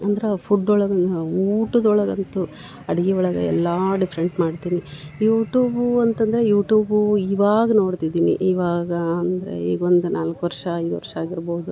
ಅಂದ್ರ ಫುಡ್ ಒಳಗೆ ನಾ ಊಟದ ಒಳಗಂತು ಅಡ್ಗಿ ಒಳಗೆ ಎಲ್ಲಾ ಡಿಫ್ರೆಂಟ್ ಮಾಡ್ತೆನಿ ಯೂಟೂಬು ಅಂತಂದರೆ ಯೂಟೂಬು ಇವಾಗ ನೋಡ್ತಿದ್ದೀನಿ ಇವಾಗ ಅಂದರೆ ಈ ಒಂದು ನಾಲ್ಕು ವರ್ಷ ಐದು ವರ್ಷ ಆಗಿರ್ಬೋದು